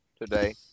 today